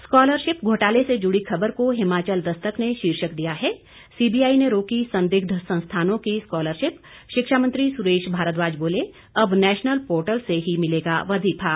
scholarship घोटाले से जुड़ी खबर को हिमाचल दस्तक ने शीर्षक दिया है सीबीआई ने रोकी संदिग्ध संस्थानों की स्कॉलरशिप शिक्षा मंत्री सुरेश भारद्वाज बोले अब नेशनल पोर्टल से ही मिलेगा वजीफा